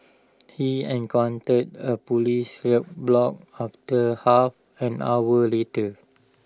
he encountered A Police roadblock after half an hour later